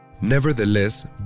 Nevertheless